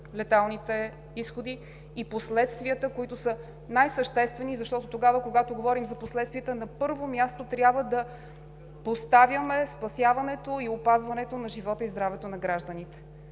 леталните изходи и последствията. Те са най-съществени, защото когато говорим за последствията, на първо място, трябва да поставяме спасяването и опазването на живота и здравето на гражданите.